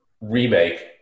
remake